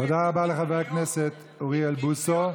תודה רבה לחבר הכנסת אוריאל בוסו.